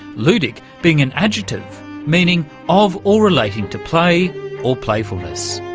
ludic being an adjective meaning of or relating to play or playfulness.